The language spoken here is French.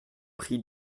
prie